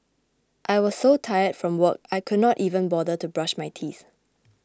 I was so tired from work I could not even bother to brush my teeth